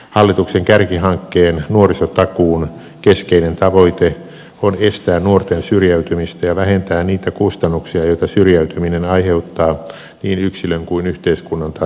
hallituksen kärkihankkeen nuorisotakuun keskeinen tavoite on estää nuorten syrjäytymistä ja vähentää niitä kustannuksia joita syrjäytyminen aiheuttaa niin yksilön kuin yhteiskunnan tasolla